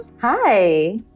Hi